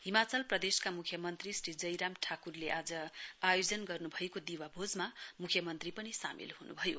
हिमाचल प्रदेशका मुख्यमन्त्री श्री जयराम ठाक्रले आज आयोजना गर्नु भएको दीवाभोजमा राज्य मुख्यमन्त्री पनि सामेल हुनु भयो